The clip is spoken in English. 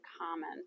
common